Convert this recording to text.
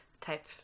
type